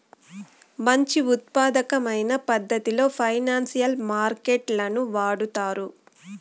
మంచి ఉత్పాదకమైన పద్ధతిలో ఫైనాన్సియల్ మార్కెట్ లను వాడుతారు